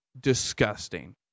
disgusting